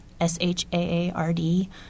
S-H-A-A-R-D